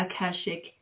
Akashic